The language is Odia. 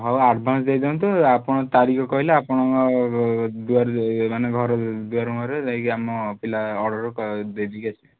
ହଉ ଆଡ଼ଭାନ୍ସ୍ ଦେଇଦିଅନ୍ତୁ ଆପଣ ତାରିଖ କହିଲେ ଆପଣଙ୍କ ଦୁଆରେ ମାନେ ଘରେ ଦୁଆର ମୁହଁରେ ଯାଇକି ଆମ ପିଲା ଅର୍ଡ଼ର୍ କ ଦେଇ ଦେଇକି ଆସିବେ